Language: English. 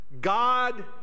God